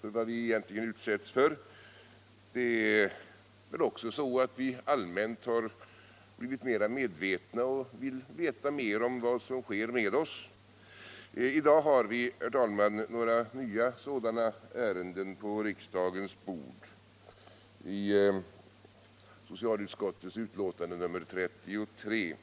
för vad de egentligen utsätts för. Vi har väl också allmänt blivit mera medvetna och vill veta mer om vad som sker med oss. I dag har vi, herr talman, några nya sådana ärenden på riksdagens bord i socialutskottets betänkande nr 33.